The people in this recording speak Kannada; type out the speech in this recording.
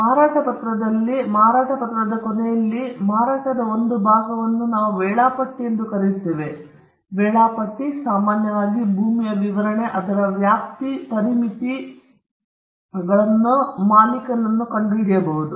ಮಾರಾಟದ ಪತ್ರದಲ್ಲಿ ಮಾರಾಟದ ಪತ್ರದ ಕೊನೆಯಲ್ಲಿ ನೀವು ಮಾರಾಟದ ಒಂದು ಭಾಗವನ್ನು ನಾವು ವೇಳಾಪಟ್ಟಿ ಎಂದು ಕರೆಯುತ್ತೇವೆ ವೇಳಾಪಟ್ಟಿ ಸಾಮಾನ್ಯವಾಗಿ ಭೂಮಿಯ ವಿವರಣೆ ಅದರ ವ್ಯಾಪ್ತಿ ಮತ್ತು ಪರಿಮಿತಿಗಳನ್ನು ಕಂಡುಹಿಡಿಯಬಹುದು